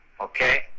okay